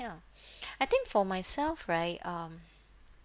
ya I think for myself right um